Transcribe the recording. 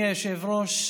אדוני היושב-ראש,